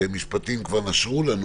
כי המשפטים כבר נשרו לנו